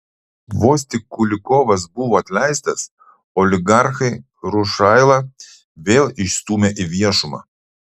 vos tik kulikovas buvo atleistas oligarchai rušailą vėl išstūmė į viešumą